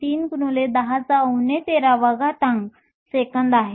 3 x 10 13 second आहे